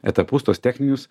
etapus tuos techninius